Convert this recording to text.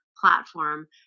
platform